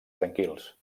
tranquils